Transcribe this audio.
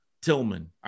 Tillman